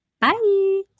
bye